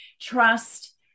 trust